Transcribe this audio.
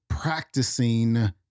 practicing